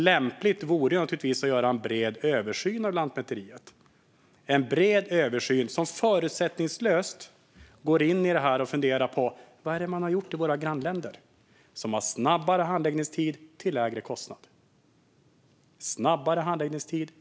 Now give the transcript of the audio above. Lämpligt vore naturligtvis att göra en bred, förutsättningslös översyn av Lantmäteriet, där man funderar på vad de har gjort i våra grannländer, som har snabbare handläggningstid till lägre kostnad.